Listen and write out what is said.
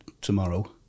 tomorrow